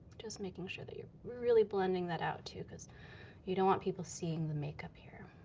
just making sure that you're really blending that out, too, because you don't want people seeing the makeup here.